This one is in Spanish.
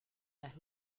las